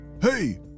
Hey